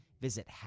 Visit